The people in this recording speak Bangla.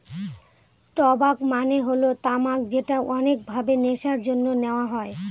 টবাক মানে হল তামাক যেটা অনেক ভাবে নেশার জন্যে নেওয়া হয়